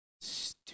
stupid